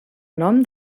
nom